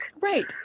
Right